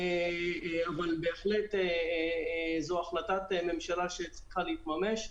אבל בהחלט זו החלטת ממשלה שצריכה להתממש.